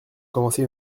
commencer